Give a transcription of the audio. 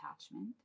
attachment